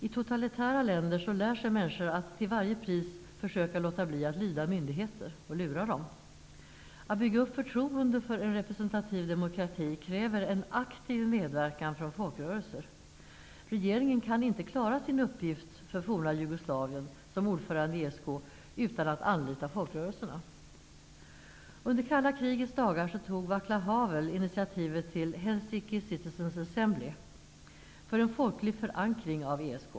I totalitära länder lär sig människor att till varje pris försöka låta bli att lyda myndigheter och att lura dem. Att bygga upp förtroende för en representativ demokrati kräver en aktiv medverkan från folkrörelser. Regeringen kan inte klara sin uppgift för det forna Jugoslavien som ordförande i ESK utan att anlita folkrörelserna. Under kalla krigets dagar tog Vaclav Havel initiativet till Helsinki Citizens Assembly, för en folklig förankring av ESK.